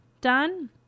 done